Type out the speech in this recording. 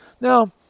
Now